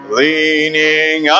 leaning